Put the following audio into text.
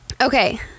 Okay